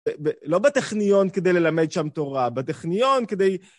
לא בטכניון כדי ללמד שם תורה, בטכניון כדי...